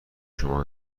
شما